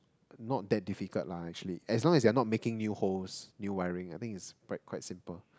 not that difficult lah actually as long as you are not making new homes new wiring I think it's quite quite simple